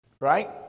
Right